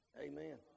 amen